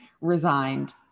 resigned